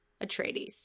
Atreides